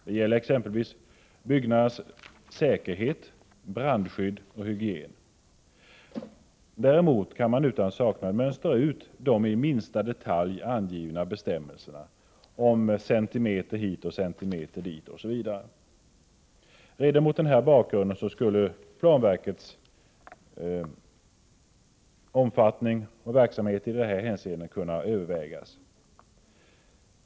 Det gäller exempelvis byggnadernas säkerhet, brandskydd och hygien. Däremot kan man utan saknad mönstra ut de bestämmelser som in i minsta detalj föreskriver någon centimeter hit, någon centimeter dit osv. Redan mot denna bakgrund skulle planverkets omfattning och verksamhet i dessa hänseenden kunna övervägas.